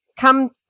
come